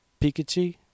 Pikachu